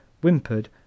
whimpered